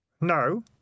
No